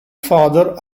father